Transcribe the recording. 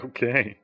Okay